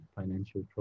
financial